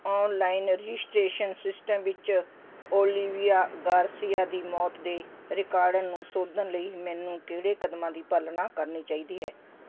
online registration system ਵਿੱਚ Olivia Garcia ਦੀ ਮੌਤ ਦੇ ਰਿਕਾਰਡ ਨੂੰ ਸੋਧਣ ਲਈ ਮੈਨੂੰ ਕਿਹੜੇ ਕਦਮਾਂ ਦੀ ਪਾਲਣਾ ਕਰਨੀ ਚਾਹੀਦੀ ਹੈ